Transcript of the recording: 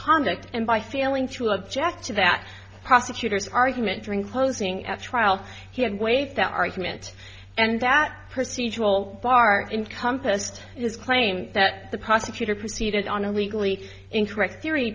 misconduct and by stealing to object to that prosecutor's argument during closing at trial he had waived that argument and that procedural bar encompassed his claim that the prosecutor proceeded on a legally incorrect theory